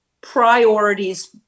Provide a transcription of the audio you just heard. priorities